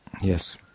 Yes